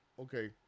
Okay